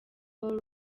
call